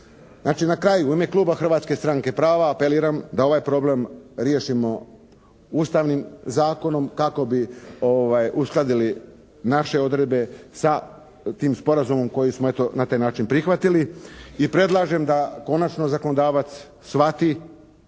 na kraju u ime Kluba Hrvatske stranke prava apeliram da ovaj problem riješimo Ustavnim zakonom kako bi uskladili naše odredbe sa tim sporazumom koji smo eto na taj načini prihvatili i predlažem da konačno zakonodavac shvati